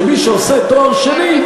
שמי שעושה תואר שני,